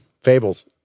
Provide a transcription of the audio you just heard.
Fables